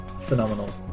Phenomenal